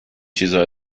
چیزا